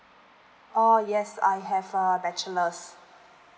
oh yes I have err bachelors